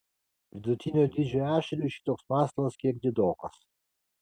vidutinio dydžio ešeriui šitoks masalas kiek didokas